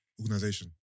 organization